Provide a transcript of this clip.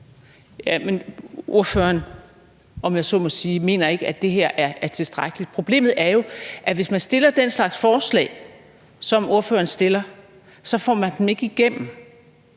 Jo, men ordføreren mener ikke, at det her er tilstrækkeligt, om jeg så må sige. Problemet er jo, at hvis man stiller den slags forslag, som ordføreren stiller, så får man dem ikke igennem,